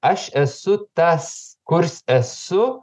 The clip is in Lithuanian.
aš esu tas kurs esu